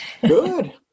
Good